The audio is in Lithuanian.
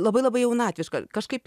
labai labai jaunatviška kažkaip